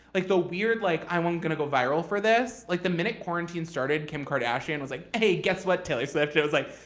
like the weird like i want to go viral for this. like the minute quarantine started, kim kardashian was like, hey, guess what, taylor swift? it was like,